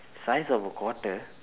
size of a quarter